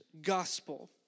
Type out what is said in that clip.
gospel